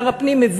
שר הפנים,